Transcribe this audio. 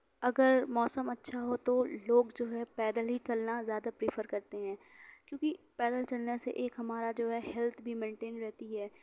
اگر موسم اچھا ہو تو لوگ جو ہے پیدل ہی چلنا زیادہ پریفر کرتے ہیں کیونکہ پیدل چلنے سے ایک ہمارا جو ہے ہیلتھ بھی مینٹین رہتی ہے